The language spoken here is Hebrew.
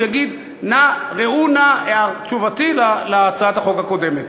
הוא יגיד: ראו נא תשובתי להצעת החוק הקודמת.